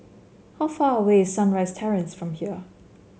how far away is Sunrise Terrace from here